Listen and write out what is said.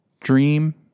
Dream